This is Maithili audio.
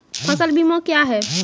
फसल बीमा क्या हैं?